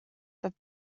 that